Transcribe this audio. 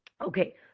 Okay